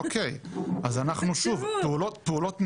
אוקיי, אז שוב, פעולות נעשות.